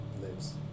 lives